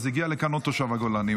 אז הגיע לכאן עוד תושב הגולן.